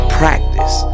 practice